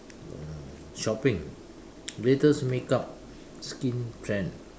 no shopping greatest make up skin trend